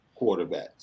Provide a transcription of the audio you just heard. quarterbacks